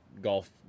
golf